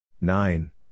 nine